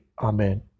Amen